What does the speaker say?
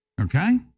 Okay